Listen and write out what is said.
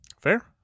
fair